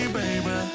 baby